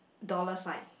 dollar sign